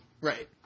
Right